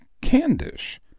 Candish